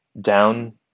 Down